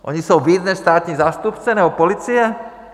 Oni jsou víc než státní zástupce nebo policie?